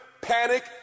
panic